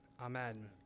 Amen